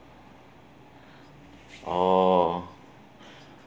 oh